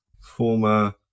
Former